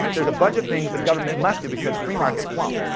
like there's a bunch of things the government must do, because free markets won't.